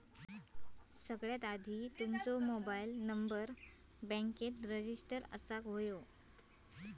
सगळ्यात आधी तुमचो मोबाईल नंबर बॅन्केत रजिस्टर असाक व्हयो